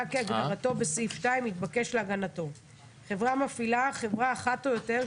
כהגדרתו בסעיף 2 התבקש להגנתו; "חברה מפעילה" חברה אחת או יותר,